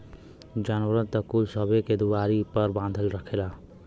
जानवरन त कुल सबे के दुआरी पर बँधल रहेला